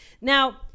Now